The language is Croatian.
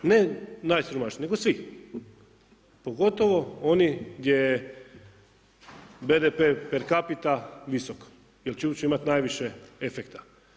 Ne najsiromašnije nego svi, pogotovo oni gdje BDP percapita visok jer će uopće imat najviše efekta.